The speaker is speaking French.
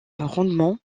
rendement